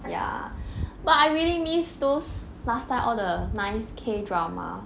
ya but I really miss those last time all the nice K drama